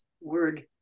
word